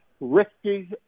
Risky